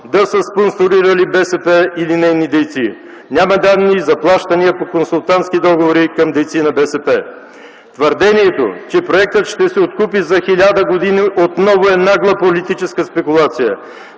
да са спонсорирали БСП или нейни дейци. Няма данни и за плащания по консултантски договори към дейци на БСП. Твърдението, че проектът ще се откупи за хиляда години отново е нагла политическа спекулация.